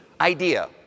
idea